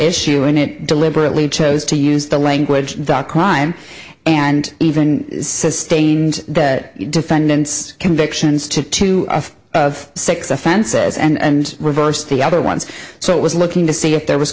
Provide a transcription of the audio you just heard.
issue and it deliberately chose to use the language dot com and even sustained that defendant's convictions to two of six offenses and reversed the other ones so it was looking to see if there was